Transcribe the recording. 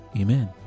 amen